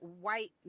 white